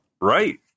Right